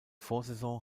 vorsaison